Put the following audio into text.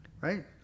right